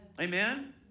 Amen